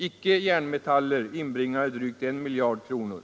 Icke-järnmetaller inbringade drygt 1 miljard kronor.